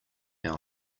our